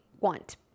want